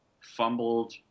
fumbled